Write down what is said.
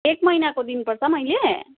एक महिनाको दिनुपर्छ मैले